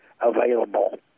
available